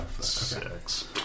Six